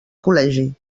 col·legi